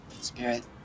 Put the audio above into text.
Spirit